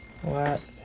what